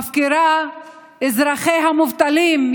מפקירה את אזרחיה המובטלים.